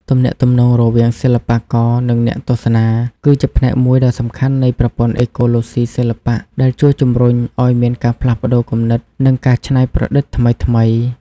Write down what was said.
ទំនាក់ទំនងរវាងសិល្បករ និងអ្នកទស្សនា គឺជាផ្នែកមួយដ៏សំខាន់នៃប្រព័ន្ធអេកូឡូស៊ីសិល្បៈ ដែលជួយជំរុញឲ្យមានការផ្លាស់ប្តូរគំនិត និងការច្នៃប្រឌិតថ្មីៗ។